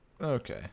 Okay